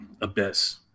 abyss